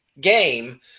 game